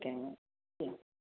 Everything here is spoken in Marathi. ओके ठीक